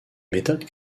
méthodes